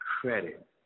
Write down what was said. credit